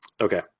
Okay